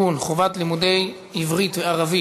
בעד.